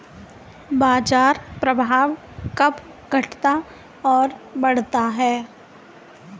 बाजार प्रभाव कब घटता और बढ़ता है?